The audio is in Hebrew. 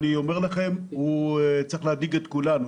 אני חייב לומר לכם שצריך להדאיג את כולנו.